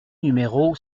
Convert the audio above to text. numéro